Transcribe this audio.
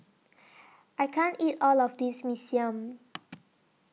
I can't eat All of This Mee Siam